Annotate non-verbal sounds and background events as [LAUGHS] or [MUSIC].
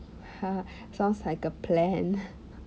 [LAUGHS] sounds like a plan